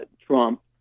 Trump